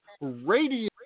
radio